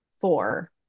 four